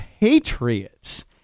Patriots